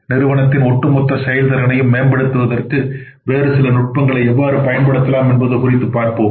நிறுவனத்தின் ஒட்டுமொத்த செயல்திறனையும் மேம்படுத்துவதற்கு வேறு சில நுட்பங்களை எவ்வாறு பயன்படுத்தலாம் என்பது குறித்து பார்ப்போம்